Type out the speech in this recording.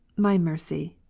my mercy,